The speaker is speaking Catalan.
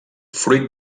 fruit